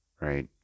right